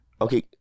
Okay